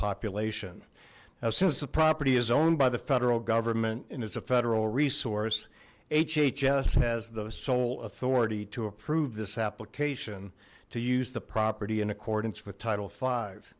population now since the property is owned by the federal government and is a federal resource hhs has the sole authority to approve this application to use the property in accordance with title five